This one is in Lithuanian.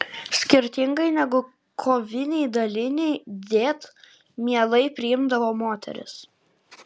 skirtingai negu koviniai daliniai dėt mielai priimdavo moteris